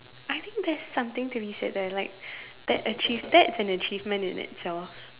I think that's something to be said that like that achieve that then achievement in it or